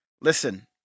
Listen